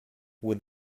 with